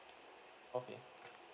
okay